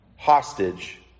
Hostage